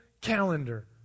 calendar